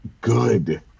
good